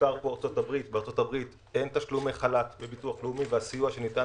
בארצות הברית אין תשלומי חל"ת, והסיוע שניתן